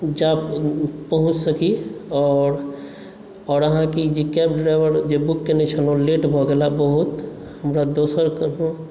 जा पहुँच सकी आओर आहाँके जे ई कैब ड्राइवर जे बुक केने छलहुॅं लेट भऽ गेला बहुत मुदा दोसर कोनो